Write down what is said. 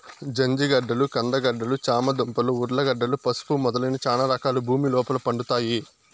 జంజిగడ్డలు, కంద గడ్డలు, చామ దుంపలు, ఉర్లగడ్డలు, పసుపు మొదలైన చానా రకాలు భూమి లోపల పండుతాయి